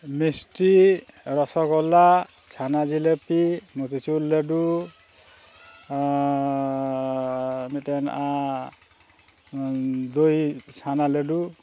ᱢᱤᱥᱴᱤ ᱨᱚᱥᱚᱜᱳᱞᱞᱟ ᱪᱷᱟᱱᱟ ᱡᱷᱤᱞᱟᱹᱯᱤ ᱢᱚᱫᱷᱩᱪᱩᱨ ᱞᱟᱹᱰᱩ ᱢᱤᱫᱴᱮᱱ ᱫᱳᱭ ᱪᱷᱟᱱᱟ ᱞᱟᱹᱰᱩ